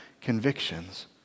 convictions